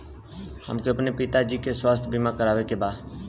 हमके अपने पिता जी के स्वास्थ्य बीमा करवावे के बा?